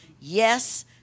yes